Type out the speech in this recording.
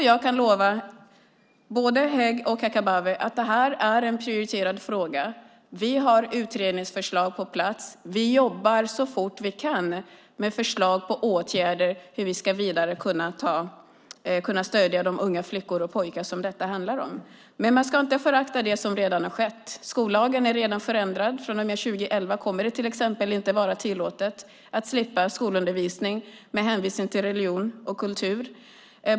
Jag kan lova både Kakabaveh och Hägg att det här är en prioriterad fråga. Vi har utredningsförslag på plats. Vi jobbar så fort vi kan med förslag till åtgärder om hur vi ska kunna stödja de unga flickor och pojkar som det handlar om. Man ska dock inte förakta det som redan har skett. Skollagen har ändrats. Från och med 2011 kommer det till exempel inte att vara tillåtet att slippa skolundervisning med hänvisning till religion och kultur.